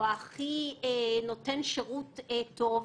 הכי נותן שירות טוב.